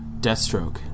Deathstroke